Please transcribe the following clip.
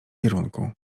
kierunku